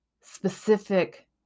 specific